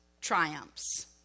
triumphs